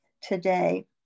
today